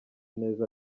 neza